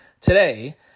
today